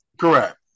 Correct